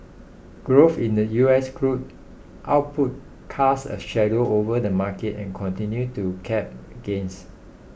growth in the U S crude output cast a shadow over the market and continued to cap gains